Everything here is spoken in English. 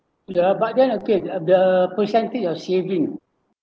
the but then again the percentage you're saving